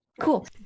Cool